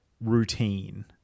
routine